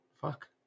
Fuck